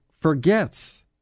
forgets